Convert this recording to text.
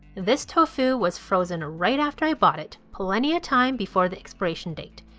this tofu was frozen right after i bought it, plenty of time before the expiration date.